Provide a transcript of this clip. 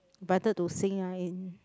rather to sing ah in